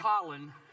Colin